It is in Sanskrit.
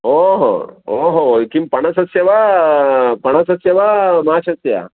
ओहो ओहो किं पनसस्य वा पनसस्य वा माषस्य